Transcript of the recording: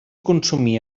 consumir